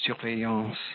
surveillance